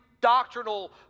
doctrinal